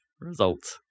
results